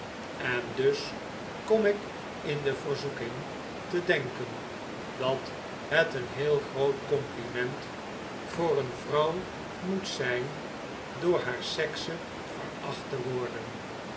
en dus kom ik in de verzoeking te denken dat het een heel groot compliment voor een vrouw moet zijn door haar sekse veracht te worden